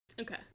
okay